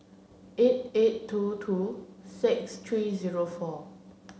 eight eight two two six three zero four